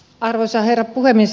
arvoisa herra puhemies